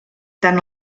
tant